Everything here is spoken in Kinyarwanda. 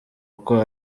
uko